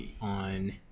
on